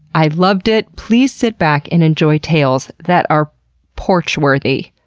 i loved it. please sit back and enjoy tales that are porch worthy,